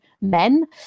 men